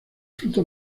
fruto